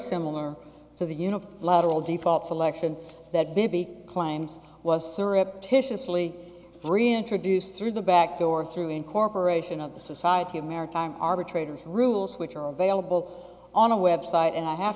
similar to the uniform lateral default selection that baby claims was surreptitiously reintroduced through the back door through incorporation of the society of maritime arbitrator's rules which are available on a website and i have